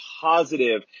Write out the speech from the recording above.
positive